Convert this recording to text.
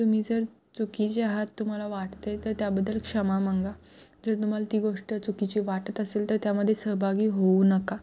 तुम्ही जर चुकीचे आहात तुम्हाला वाटते तर त्याबद्दल क्षमा मागा जर तुम्हाला ती गोष्ट चुकीची वाटत असेल तर त्यामध्ये सहभागी होऊ नका